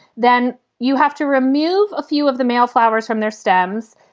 then you have to remove a few of the male flowers from their stems,